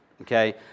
Okay